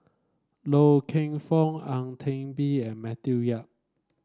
Loy Keng Foon Ang Teck Bee and Matthew Yap